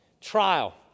trial